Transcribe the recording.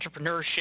entrepreneurship